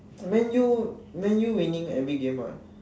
man u man u winning every game what